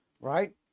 right